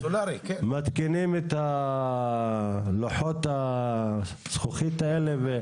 מתקינים את לוחות הזכוכית האלה.